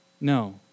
No